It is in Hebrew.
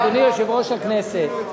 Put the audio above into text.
אדוני יושב-ראש הכנסת,